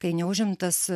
kai neužimtas